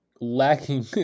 lacking